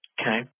Okay